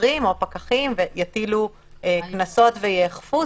שוטרים או פקחים ויטילו קנסות ויאכפו.